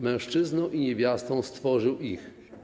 Mężczyzną i niewiastą stworzył ich”